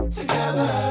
Together